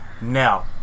Now